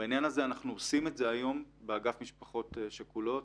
בעניין הזה אנחנו עושים את זה היום באגף משפחות שכולו.